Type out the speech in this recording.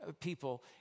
people